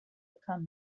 become